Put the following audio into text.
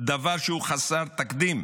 דבר שהוא חסר תקדים,